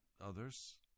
Others